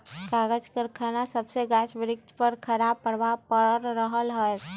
कागज करखना सभसे गाछ वृक्ष पर खराप प्रभाव पड़ रहल हइ